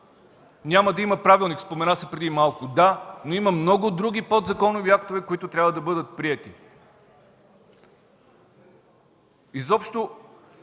Няма да има правилник – спомена се преди малко. Да, но има много други подзаконови актове, които трябва да бъдат приети! Изобщо